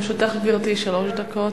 לרשותך, גברתי, שלוש דקות.